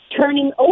turning